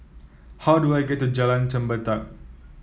how do I get to Jalan Chempedak